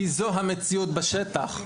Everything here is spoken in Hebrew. כי זו המציאות בשטח,